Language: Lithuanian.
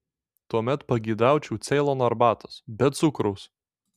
tuomet pageidaučiau ceilono arbatos be cukraus